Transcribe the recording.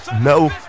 no